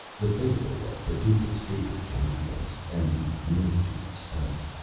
the fable of paducah's favorite comedians and the mildewed stunt